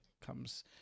comes